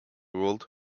world